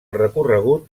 recorregut